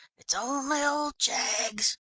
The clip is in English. it's only old jaggs.